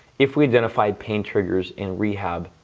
if we identify pain triggers in rehab,